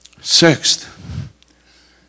Sixth